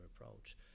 approach